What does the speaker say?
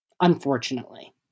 unfortunately